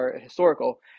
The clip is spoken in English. historical